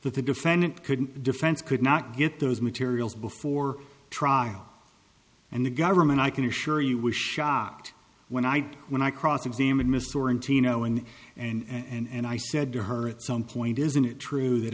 that the defendant couldn't defense could not get those materials before trial and the government i can assure you was shocked when i when i cross examined mr and teano and and i said to her at some point isn't it true that